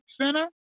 Center